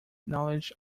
knowledge